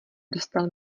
dostal